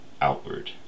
outward